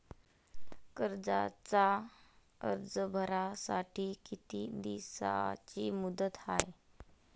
कर्जाचा अर्ज भरासाठी किती दिसाची मुदत हाय?